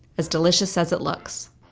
as delicious as it looks.